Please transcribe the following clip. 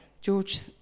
George